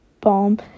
Bomb